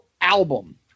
album